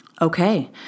Okay